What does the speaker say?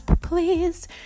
please